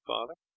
Father